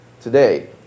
today